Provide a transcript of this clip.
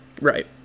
Right